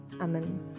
amen